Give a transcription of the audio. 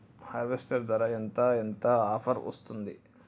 Harvester ధర ఎంత ఎంత ఆఫర్ వస్తుంది?